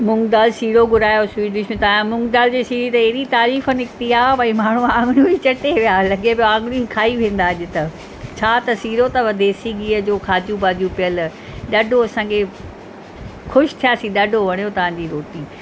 मूंग दाल सीरो घुरायो हुओ स्वीट डिश त मूंग दाल जे सीरे जी त ऐॾी तारीफ़ निकिती आहे भई माण्हू आङिरियूं ई चटे विया लॻे पयो आङिरियूं खाई वेंदा अॼु त छा त सीरो अथव देसी घी जो काजू वाजू पियल ॾाढो असांखे ख़ुशि थियासीं ॾाढो वणियो तव्हां जी रोटी